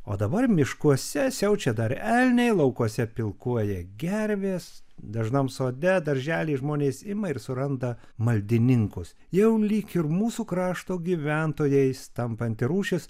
o dabar miškuose siaučia dar elniai laukuose pilkuoja gervės dažnam sode daržely žmonės ima ir suranda maldininkus jau lyg ir mūsų krašto gyventojais tampanti rūšis